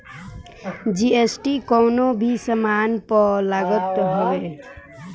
GST कवनो भी सामान पअ लागत हवे